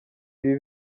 ibi